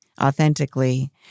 authentically